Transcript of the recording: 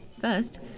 First